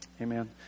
amen